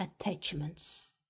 attachments